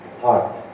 Heart